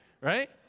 right